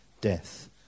death